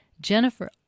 Jennifer